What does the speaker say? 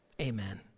Amen